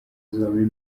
zombi